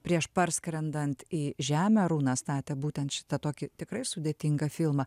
prieš parskrendant į žemę arūnas statė būtent šitą tokį tikrai sudėtingą filmą